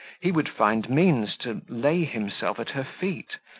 he would find means to lay himself at her feet,